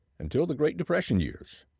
until the great depression years,